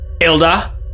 Ilda